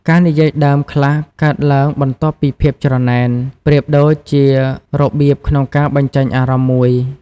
ការនិយាយដើមខ្លះកើតឡើងបន្ទាប់ពីភាពច្រណែន ប្រៀបដូចជារបៀបក្នុងការបញ្ចេញអារម្មណ៍មួយ។